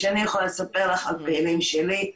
אני יכולה לספר לך על פעילים שלי,